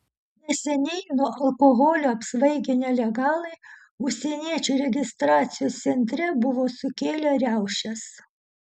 neseniai nuo alkoholio apsvaigę nelegalai užsieniečių registracijos centre buvo sukėlę riaušes